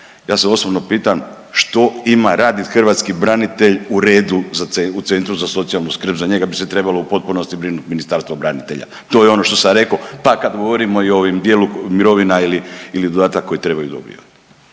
Ja se osobno pitam što ima radit hrvatski branitelj u redu u Centru za socijalnu skrb? Za njega bi se trebalo u potpunosti brinuti Ministarstvo branitelja. To je ono što sam rekao, pa kad govorimo i o ovom dijelu mirovina ili dodatak koji trebaju dobiti.